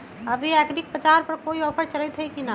अभी एग्रीबाजार पर कोई ऑफर चलतई हई की न?